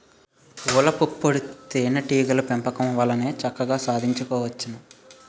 పూలపుప్పొడి తేనే టీగల పెంపకం వల్లనే చక్కగా సాధించుకోవచ్చును